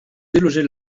déloger